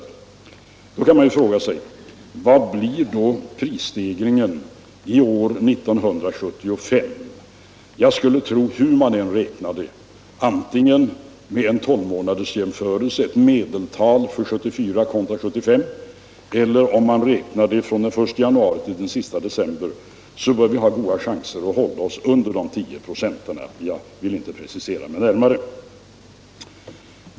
Man kan då fråga sig: Vad blir prisstegringen år 1975? Hur man än räknar — vare sig man gör en tolvmånadersjämförelse, tar ett medeltal för 1974 kontra 1975, eller räknar från den 1 januari till den 31 december — bör vi ha goda chanser att hålla oss under 10 96. Jag vill inte precisera mig närmare.